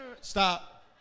Stop